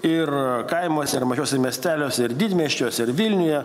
ir kaimuose ir mažuose miesteliuose ir didmiesčiuose ir vilniuje